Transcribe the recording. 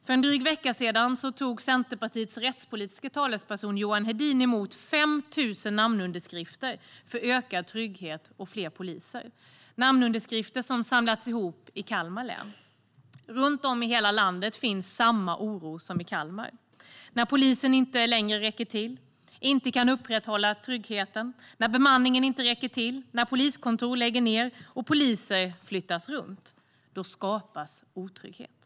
För en dryg vecka sedan tog Centerpartiets rättspolitiske talesperson Johan Hedin emot 5 000 namnunderskrifter för ökad trygghet och fler poliser. Det var namnunderskrifter som samlats in i Kalmar län. Runt om i hela landet finns samma oro som i Kalmar. Den handlar om att polisen inte längre räcker till och inte längre kan upprätthålla tryggheten. När bemanningen inte räcker till, när poliskontor läggs ned och poliser flyttas runt skapas otrygghet.